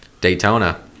Daytona